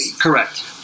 Correct